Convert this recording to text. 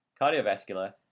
cardiovascular